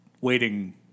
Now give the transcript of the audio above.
waiting